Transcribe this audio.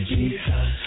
Jesus